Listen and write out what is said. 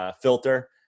Filter